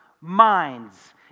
minds